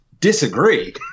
disagree